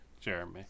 Jeremy